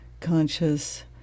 conscious